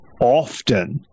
often